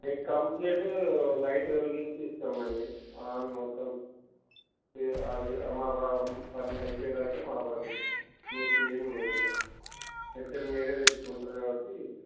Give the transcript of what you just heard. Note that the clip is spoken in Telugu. మీకు కంప్లీట్ లైట్ వెలిగించి ఇస్తాము అండి ఆన్ మొత్తం మా పని అయిపోయేదాకా మా బాధ్యతే మీకేమి లేదు ఇక మెటీరియల్ మీరే తెచ్చుకుంటారు కాబట్టి